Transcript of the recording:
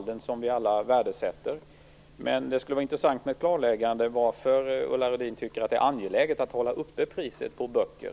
Det vet Ulla Rudin. Det skulle vara intressant med ett klarläggande. Varför tycker Ulla Rudin att det är angeläget att hålla uppe priset på böcker?